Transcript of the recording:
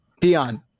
Dion